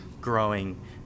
growing